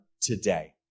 today